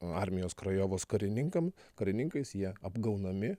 armijos krajovos karininkam karininkais jie apgaunami